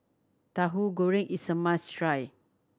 Tahu Goreng is a must try